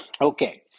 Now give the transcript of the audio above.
Okay